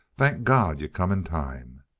thank god you come in time!